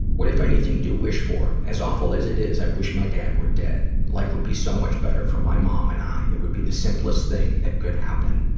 what, if anything, do you wish for? as awful as it is, i wish my dad were dead. life would be so much better for my mom and i. it would be the simplest thing that could happen.